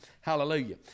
Hallelujah